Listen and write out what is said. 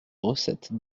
recette